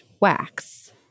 wax